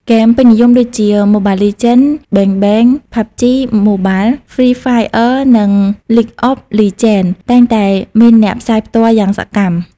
ហ្គេមពេញនិយមដូចជា ម៉ូបាលលីជែន បេងបេង ផាប់ជី ម៉ូបាល ហ្វ្រីហ្វាយអឺនិង លីគអប លីជែន តែងតែមានអ្នកផ្សាយផ្ទាល់យ៉ាងសកម្ម។